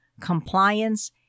compliance